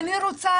מגזרים,